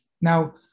now